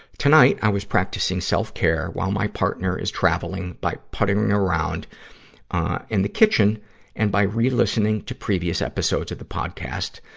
tonight, i was practicing self-care, while my partner is travelling, by putting around in the kitchen and by re-listening to previous episodes of the podcast.